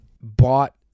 bought